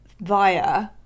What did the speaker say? via